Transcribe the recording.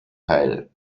teil